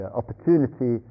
opportunity